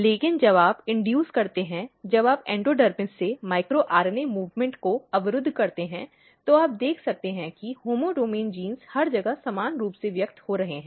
लेकिन जब आप इंड्यूस करते हैं जब आप इंडोडर्मिस से माइक्रो आरएनए मूवमेंट को अवरुद्ध करते हैं तो आप देख सकते हैं कि होम्योडोमैन जीन हर जगह समान रूप से व्यक्त हो रहे हैं